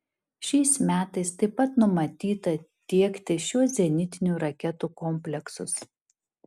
šiais metais taip pat numatyta tiekti šiuos zenitinių raketų kompleksus